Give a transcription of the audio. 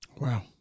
Wow